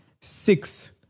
six